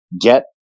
Get